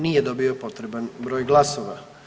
Nije dobio potreban broj glasova.